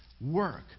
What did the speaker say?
work